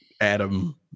Adam